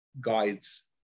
guides